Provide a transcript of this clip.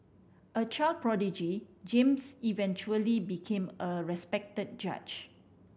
a child prodigy James eventually became a respected judge